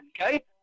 okay